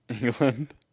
England